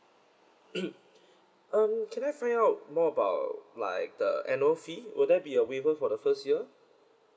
um can I find out more about like the annual fee will there be a waiver for the first year